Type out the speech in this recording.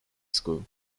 school